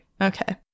Okay